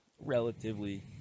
relatively